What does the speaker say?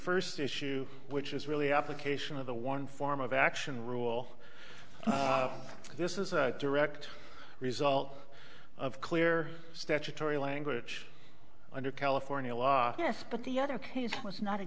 first issue which is really application of the one form of action rule this is a direct result of clear statutory language under california law yes but the other case was not a